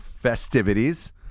festivities